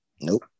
Nope